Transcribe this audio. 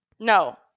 No